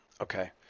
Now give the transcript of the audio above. okay